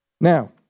Now